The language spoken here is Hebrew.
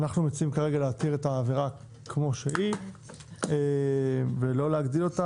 אנחנו מציעים כרגע להותיר את העבירה כמו שהיא ולא להגדיל,